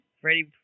Freddie